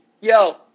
yo